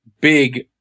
big